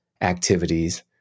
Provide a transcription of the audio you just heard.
activities